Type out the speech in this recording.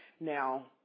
Now